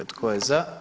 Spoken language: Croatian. Tko je za?